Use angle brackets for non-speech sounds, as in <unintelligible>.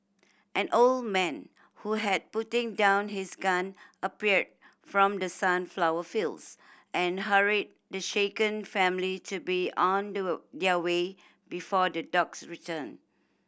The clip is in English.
an old man who had putting down his gun appeared from the sunflower fields and hurried the shaken family to be on <unintelligible> their way before the dogs return